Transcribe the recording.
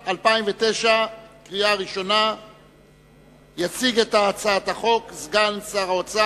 אדוני, לא 21. 31. סליחה.